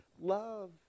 love